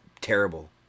terrible